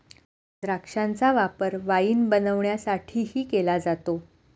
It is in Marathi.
द्राक्षांचा वापर वाईन बनवण्यासाठीही केला जातो